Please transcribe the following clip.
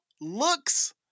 looks